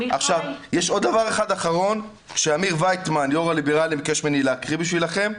יש עוד דבר אחד אחרון שאמיר ויצמן יו"ר הליברלים ביקש ממני להקריא לכם.